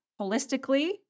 holistically